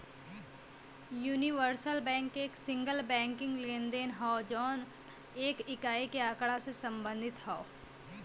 universal bank एक single banking लेनदेन हौ जौन एक इकाई के आँकड़ा से संबंधित हौ